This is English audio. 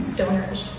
donors